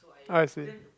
I see